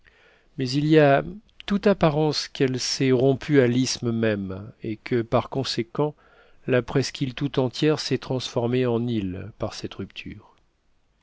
mais il y a toute apparence qu'elle s'est rompue à l'isthme même et que par conséquent la presqu'île tout entière s'est transformée en île par cette rupture